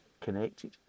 connected